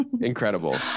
Incredible